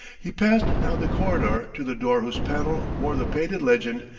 he passed down the corridor to the door whose panels wore the painted legend,